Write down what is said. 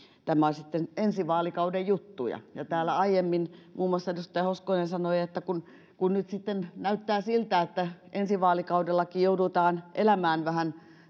on sitten ensi vaalikauden juttuja ja kun täällä aiemmin muun muassa edustaja hoskonen sanoi että nyt sitten näyttää siltä että ensi vaalikaudellakin joudutaan elämään vähän